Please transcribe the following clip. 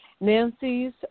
Nancy's